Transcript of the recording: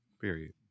Period